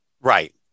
Right